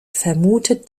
vermutet